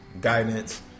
guidance